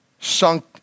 sunk